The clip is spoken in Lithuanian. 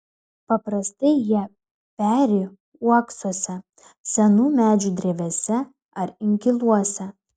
paprastai jie peri uoksuose senų medžių drevėse ar inkiluose